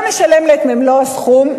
לא נשלם להם את מלוא הסכום,